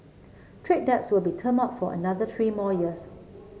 trade debts will be termed out for another three more years